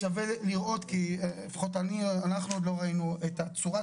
אז שווה לראות כי לפחות אנחנו עוד לא ראינו את צורת